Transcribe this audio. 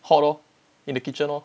hall lor in the kitchen lor